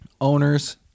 owners